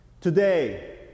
Today